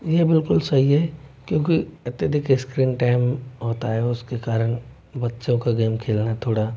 यह बिल्कुल सही है क्योंकि अत्यधिक स्क्रीन टाइम होता है उसके कारण बच्चों को गेम खेलना थोड़ा